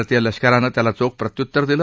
भारतीय लष्करानं त्याला चोख प्रत्युत्तर दिलं